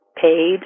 paid